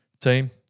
Team